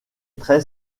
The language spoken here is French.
traits